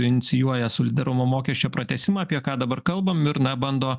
inicijuoja solidarumo mokesčio pratęsimą apie ką dabar kalbam ir na bando